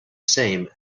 same